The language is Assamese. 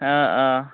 অঁ অঁ